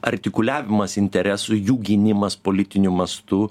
artikuliavimas interesų jų gynimas politiniu mastu